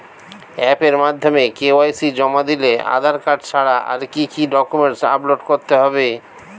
অ্যাপের মাধ্যমে কে.ওয়াই.সি জমা দিলে আধার কার্ড ছাড়া আর কি কি ডকুমেন্টস আপলোড করতে হবে?